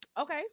Okay